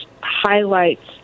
highlights